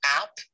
app